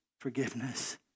forgiveness